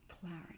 clarity